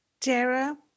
Dara